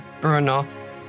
Bruno